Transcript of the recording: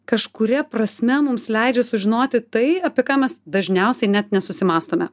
kažkuria prasme mums leidžia sužinoti tai apie ką mes dažniausiai net nesusimąstome